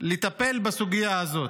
לטפל בסוגיה הזאת.